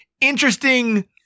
interesting